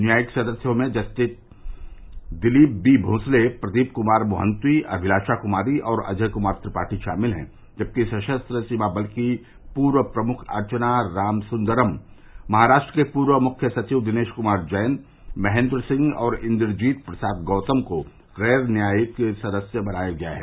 न्यायिक सदस्यों में जस्टिस दिलीप बीभोसले प्रदीप कुमार मोहंती अभिलाषा कुमारी और अजय कुमार त्रिपाठी शामिल हैं जबकि सशस्त्र सीमा बल की पूर्व प्रमुख अर्चना रामसुन्दरम महाराष्ट्र के पूर्व मुख्य सचिव दिनेश कुमार जैन महेन्द्र सिंह और इन्द्रजीत प्रसाद गौतम को गैर न्यायिक सदस्य बनाया गया है